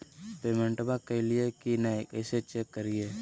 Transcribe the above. पेमेंटबा कलिए की नय, कैसे चेक करिए?